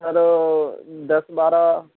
چلو دس بارہ